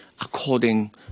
according